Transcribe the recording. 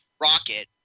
rocket